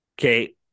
okay